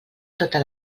tota